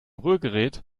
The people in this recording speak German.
rührgerät